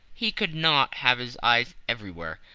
he could not have his eyes everywhere.